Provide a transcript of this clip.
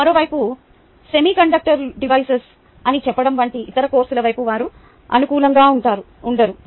మరోవైపు semiconductor పరికరాలు అని చెప్పడం వంటి ఇతర కోర్సుల వైపు వారు అనుకూలంగా ఉండరు